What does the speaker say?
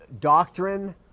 doctrine